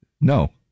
no